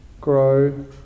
grow